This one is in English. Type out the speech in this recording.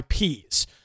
IPs